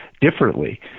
differently